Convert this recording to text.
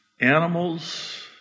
animals